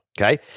okay